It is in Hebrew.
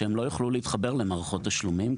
זה שהם לא יוכלו להתחבר למערכות תשלומים.